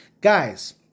Guys